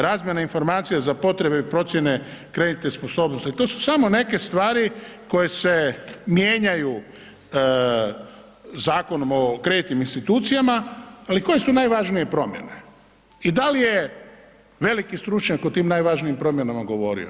Razmjena informacija za potrebe i procjene kreditne sposobnosti, to su samo neke stvari koje se mijenjaju Zakonom o kreditnim institucijama, ali koje su najvažnije promjene i da li je veliki stručnjak o tim najvažnijim promjenama govorio.